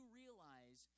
realize